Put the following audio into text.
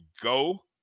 Go